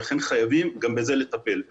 לכן חייבים לטפל גם בזה.